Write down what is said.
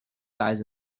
sides